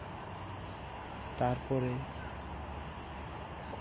ᱛᱟᱨ ᱯᱚᱨᱮ